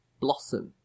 blossom